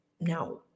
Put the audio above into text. Now